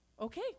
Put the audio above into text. Okay